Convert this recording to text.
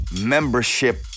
membership